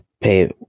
pay